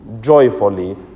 joyfully